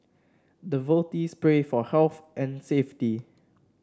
devotees pray for health and safety